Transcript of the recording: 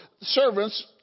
servants